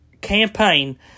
campaign